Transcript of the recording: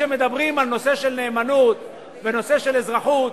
כשמדברים על נאמנות ועל אזרחות,